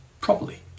properly